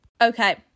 okay